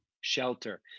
shelter